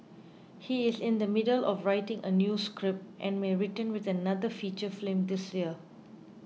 he is in the middle of writing a new script and may return with another feature film this year